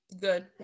Good